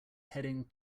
heading